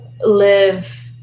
live